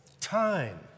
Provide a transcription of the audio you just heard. time